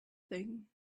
thing